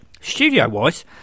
Studio-wise